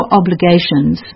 obligations